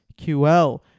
QL